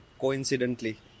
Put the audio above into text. coincidentally